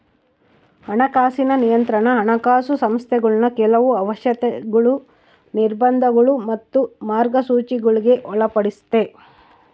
ಹಣಕಾಸಿನ ನಿಯಂತ್ರಣಾ ಹಣಕಾಸು ಸಂಸ್ಥೆಗುಳ್ನ ಕೆಲವು ಅವಶ್ಯಕತೆಗುಳು, ನಿರ್ಬಂಧಗುಳು ಮತ್ತೆ ಮಾರ್ಗಸೂಚಿಗುಳ್ಗೆ ಒಳಪಡಿಸ್ತತೆ